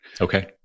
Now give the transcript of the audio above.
Okay